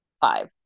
five